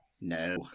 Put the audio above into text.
No